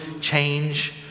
change